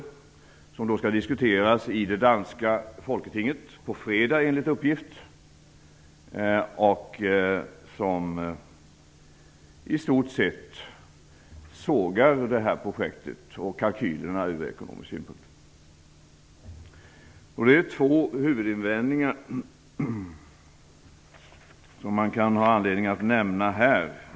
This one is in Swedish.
Enligt uppgift skall skrivelsen diskuteras i det danska folketinget på fredag. I stort sett sågas projektet och kalkylerna från ekonomisk synpunkt. Det finns två huvudinvändningar som det kan finnas anledning att nämna här.